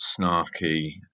snarky